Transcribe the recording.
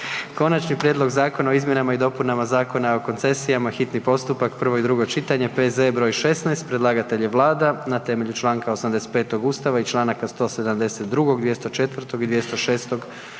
Konačni prijedlog Zakona o izmjenama i dopunama Zakona o koncesijama, hitni postupak, prvo i drugo čitanje, P.Z.E. broj 16 Predlagatelj je Vlada na temelju Članka 85. Ustava i Članak 172., 204. i 206.